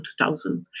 2000